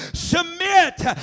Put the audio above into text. submit